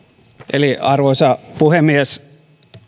arvoisa puhemies